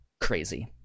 crazy